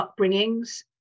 upbringings